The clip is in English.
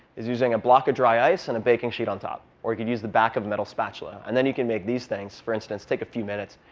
is using a block of dry ice and a baking sheet on top. or you could use the back of a metal spatula. and then you can make these things, for instance. take a few minutes.